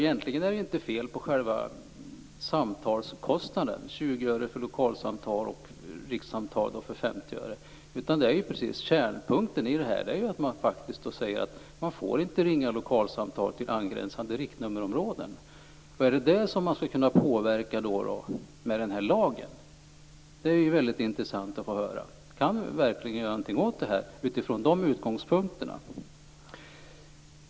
Egentligen är det inget fel på själva samtalskostnaden, 20 öre för lokalsamtal och 50 öre för rikssamtal. Kärnpunkten i det här är att man inte får ringa lokalsamtal till angränsande riktnummerområden. Skall vi kunna påverka det med hjälp av lagen? Det vore intressant att höra. Kan vi verkligen göra någonting åt det här utifrån de utgångspunkterna?